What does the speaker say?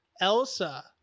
elsa